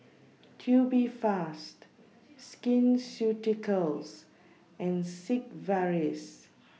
Tubifast Skin Ceuticals and Sigvaris